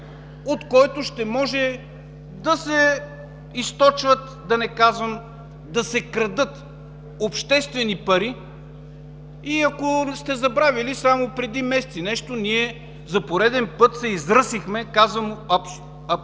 от който ще може да се източват, да не казвам – да се крадат, обществени пари. И ако сте забравили, само преди месец и нещо ние за пореден път се изръсихме, абсолютно